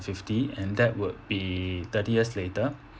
fifty and that would be thirty years later